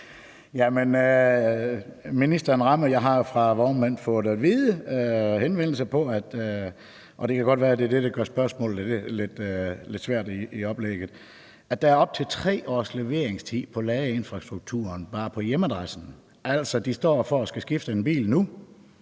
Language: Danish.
(DD): Tak. Jeg har fra vognmænd fået henvendelser om – og det kan godt være, at det er det, der gør spørgsmålet lidt svært - at der er op til 3 års leveringstid på ladeinfrastrukturen bare til hjemmeadressen. Altså, de står over for at skulle skifte en bil ud